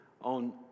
on